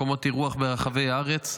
מקומות אירוח ברחבי הארץ,